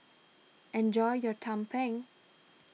enjoy your Tumpeng